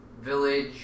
village